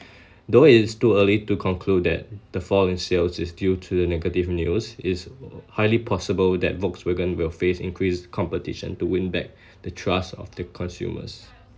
though it is too early to conclude that the fall in sales is due to the negative news it's highly possible that Volkswagen will face increased competition to win back the trust of the consumers